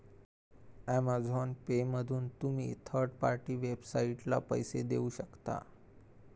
Amazon पेमधून तुम्ही third party वेबसाइटसाठी पैसे देऊ शकता